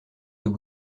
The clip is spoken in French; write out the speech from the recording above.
deux